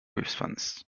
response